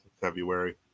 February